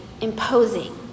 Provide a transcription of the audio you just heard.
imposing